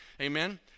Amen